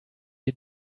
you